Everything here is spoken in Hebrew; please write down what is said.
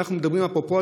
אפרופו,